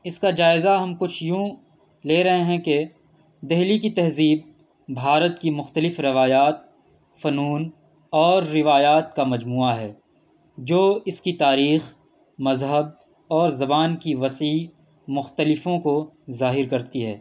اس کا جائزہ ہم کچھ یوں لے رہے ہیں کہ دہلی کی تہذیب بھارت کی مختلف روایات فنون اور روایات کا مجموعہ ہے جو اس کی تاریخ مذہب اور زبان کی وسیع مختلفوں کو ظاہر کرتی ہے